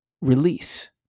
release